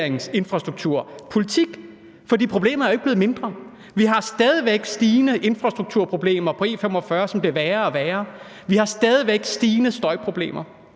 regerings infrastrukturpolitik. For problemet er jo ikke blevet mindre; vi har stadig væk stigende infrastrukturproblemer på E45, som bliver værre og værre, og vi har stadig væk stigende støjproblemer.